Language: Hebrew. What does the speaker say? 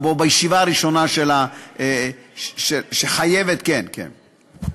בישיבה הראשונה, שחייבת, כן, כן.